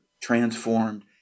transformed